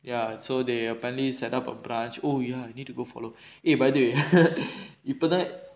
ya so they apparently set up a branch oh ya need to go follow eh by the way இப்பதான்:ippathaan